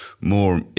more